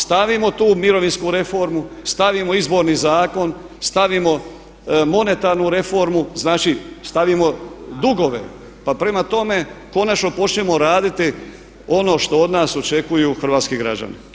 Stavimo tu mirovinsku reformu, stavimo izborni zakon, stavimo monetarnu reformu, znači stavimo dugove i prema tome konačno počnimo raditi ono što od nas očekuju hrvatski građani.